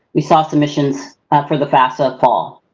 we saw submissions for the fafsa fall.